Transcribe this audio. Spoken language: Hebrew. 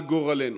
על גורלנו.